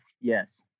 yes